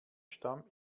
stamm